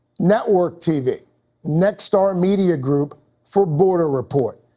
network tv nexstar media group for border report.